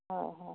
হয় হয়